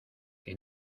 que